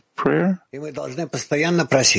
prayer